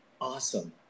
awesome